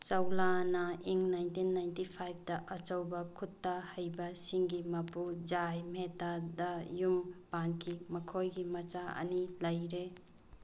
ꯆꯧꯂꯥꯅ in nineteen ninety ꯐꯥꯏꯚꯇ ꯑꯆꯧꯕ ꯈꯨꯠꯇ ꯍꯩꯕ ꯁꯤꯡꯒꯤ ꯃꯄꯨ ꯖꯥꯏ ꯃꯦꯇꯥꯗ ꯌꯨꯝ ꯄꯥꯟꯈꯤ ꯃꯈꯣꯏꯒꯤ ꯃꯆꯥ ꯑꯃꯅꯤ ꯂꯩꯔꯦ